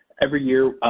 every year,